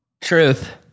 Truth